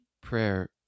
prayer